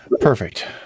Perfect